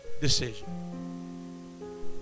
decision